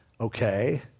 Okay